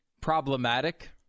problematic